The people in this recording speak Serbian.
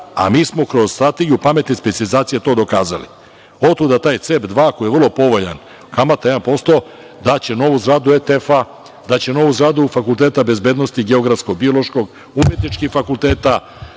a mi smo kroz strategiju pametnih specijalizacija to dokazali. Otuda taj CEP 2 koji je vrlo povoljan, kamata je 1%. Daće novu zgradu ETF-a, daće novu zgradu Fakulteta bezbednosti, Geografsko-biološkog fakulteta, umetničkih fakulteta,